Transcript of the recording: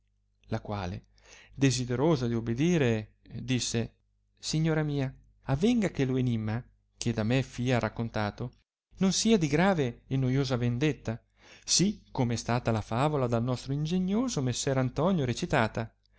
la quale desiderosa di ubidire disse signora mia avenga che lo enimma che da me fìa raccontato non sia di grave e noiosa vendetta sì come è stata la favola dal nostro ingenioso messer antonio recitata